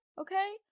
okay